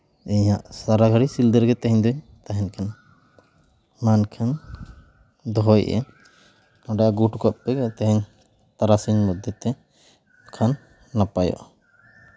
ᱤᱧ ᱦᱟᱜ ᱥᱟᱨᱟᱜᱷᱟᱹᱲᱤ ᱥᱤᱞᱫᱟᱹ ᱨᱮᱜᱮ ᱛᱮᱦᱮᱧ ᱫᱚᱹᱧ ᱛᱟᱦᱮᱱ ᱠᱟᱱᱟ ᱢᱟ ᱮᱱᱠᱷᱟᱱ ᱫᱚᱦᱚᱭᱮᱜ ᱟᱹᱧ ᱱᱚᱰᱮ ᱟᱹᱜᱩ ᱦᱚᱴᱚ ᱠᱟᱜ ᱯᱮ ᱛᱮᱦᱮᱧ ᱛᱟᱨᱟᱥᱤᱧ ᱢᱚᱫᱽᱫᱷᱮᱛᱮ ᱠᱷᱟᱱ ᱱᱟᱯᱟᱭᱚᱜᱼᱟ